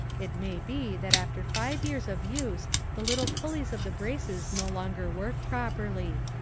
it may be that after five years of use the little pulleys of the braces no longer work properly.